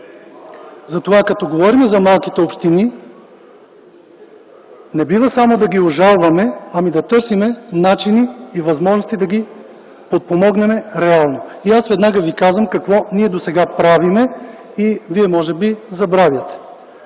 Затова като говорим за малките общини, не бива само да ги ожалваме, а да търсим начини и възможности да ги подпомогнем реално. Веднага ще ви кажа какво досега правим, но вие може би забравяте.